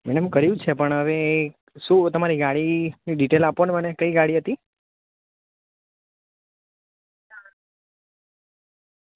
madam કર્યું છે પણ હવે શું તમારી ગાડીની ડિટેલ આપોને મને કઈ ગાડી હતી